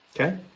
Okay